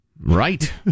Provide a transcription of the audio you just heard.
Right